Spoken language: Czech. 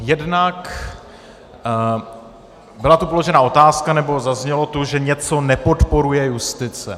Jednak tu byla položena otázka, nebo zaznělo tu, že něco nepodporuje justice.